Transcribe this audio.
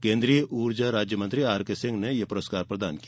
केन्द्रीय ऊर्जा राज्य मंत्री आर के सिंह ने यह पुरस्कार प्रदान किया